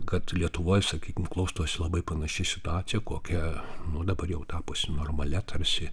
kad lietuvoj sakykim klostosi labai panaši situacija kokia nuo dabar jau tapusi normalia tarsi